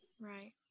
Right